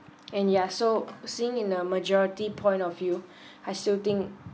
and ya so seeing in the majority point of view I shooting